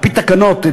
על-פי תקנות,